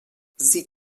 sie